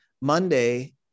Monday